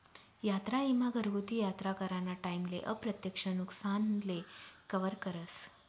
यात्रा ईमा घरगुती यात्रा कराना टाईमले अप्रत्यक्ष नुकसानले कवर करस